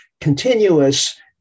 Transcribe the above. continuous